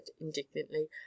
indignantly